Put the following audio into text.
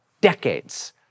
decades